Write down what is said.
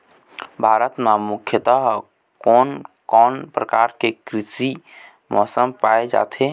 भारत म मुख्यतः कोन कौन प्रकार के कृषि मौसम पाए जाथे?